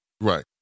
Right